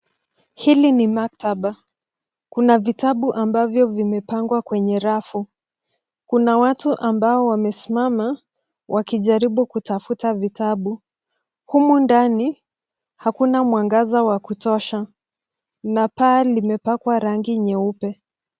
Hili ni maktaba, kuna vitabu ambavyo vimepangwa kwenye rafu. Kuna watu ambao wamesimama wakijaribu kutafuta vitabu. Humu ndani hakuna mwangaza wa kutosha na paa limepakwa rangi nyeupe.